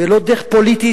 ולא דרך פוליטית,